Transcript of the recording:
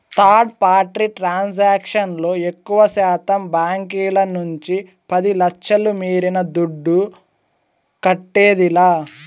third party transaction లో ఎక్కువశాతం బాంకీల నుంచి పది లచ్ఛల మీరిన దుడ్డు కట్టేదిలా